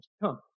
come